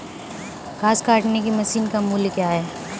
घास काटने की मशीन का मूल्य क्या है?